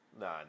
Nah